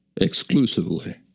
exclusively